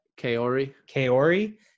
Kaori